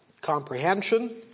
comprehension